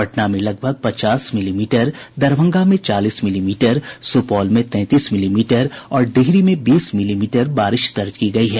पटना में लगभग पचास मिलीमीटर दरभंगा में चालीस मिलीमीटर सुपौल में तैंतीस मिलीमीटर और डिहरी में बीस मिलीमीटर बारिश दर्ज की गयी है